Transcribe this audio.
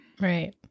Right